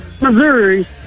Missouri